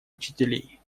учителей